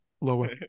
lower